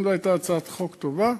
אם זו הייתה הצעת חוק טובה,